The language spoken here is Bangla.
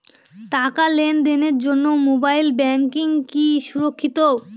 টাকা লেনদেনের জন্য মোবাইল ব্যাঙ্কিং কি সুরক্ষিত?